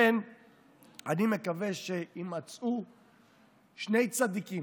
אני מקווה שיימצאו שני צדיקים,